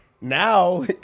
Now